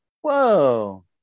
whoa